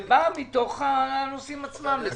זה בא מתוך הנושאים עצמם.